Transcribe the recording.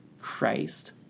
Christ